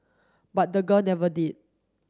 but the girl never did